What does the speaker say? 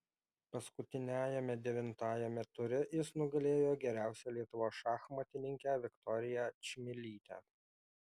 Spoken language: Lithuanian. paskutiniajame devintajame ture jis nugalėjo geriausią lietuvos šachmatininkę viktoriją čmilytę